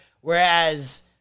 Whereas